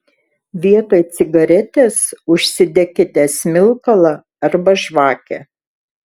vietoj cigaretės užsidekite smilkalą arba žvakę